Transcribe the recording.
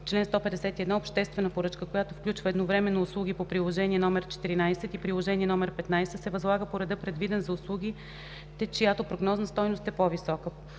Чл. 151. Обществена поръчка, която включва едновременно услуги по приложение № 14 и приложение № 15, се възлага по реда, предвиден за услугите, чиято прогнозна стойност е по-висока.”